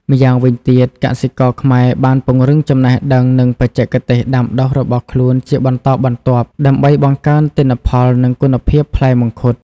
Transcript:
ម្យ៉ាងវិញទៀតកសិករខ្មែរបានពង្រឹងចំណេះដឹងនិងបច្ចេកទេសដាំដុះរបស់ខ្លួនជាបន្តបន្ទាប់ ដើម្បីបង្កើនទិន្នផលនិងគុណភាពផ្លែមង្ឃុត។